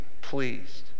pleased